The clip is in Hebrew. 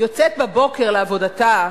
יוצאת בבוקר לעבודתה,